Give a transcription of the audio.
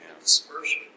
dispersion